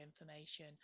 information